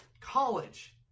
college